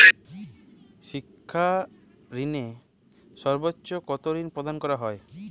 শিক্ষা ঋণে সর্বোচ্চ কতো ঋণ প্রদান করা হয়?